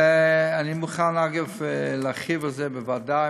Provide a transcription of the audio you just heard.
אני מוכן, אגב, להרחיב על זה בוועדה.